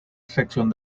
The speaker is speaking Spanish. sección